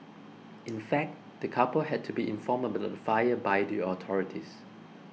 in fact the couple had to be informed about the fire by the authorities